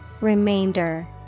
Remainder